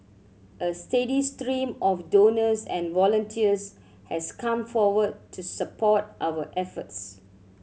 a steady stream of donors and volunteers has come forward to support our efforts